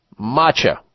Matcha